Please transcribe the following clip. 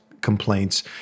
complaints